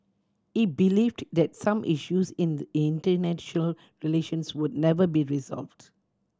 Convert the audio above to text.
he believed that some issues in the international relations would never be resolved